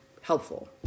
helpful